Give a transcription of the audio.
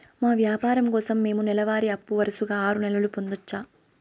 మా వ్యాపారం కోసం మేము నెల వారి అప్పు వరుసగా ఆరు నెలలు పొందొచ్చా?